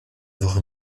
woche